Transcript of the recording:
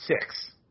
Six